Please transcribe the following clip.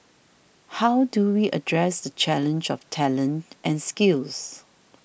how do we address the challenge of talent and skills